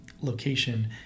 location